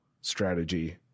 strategy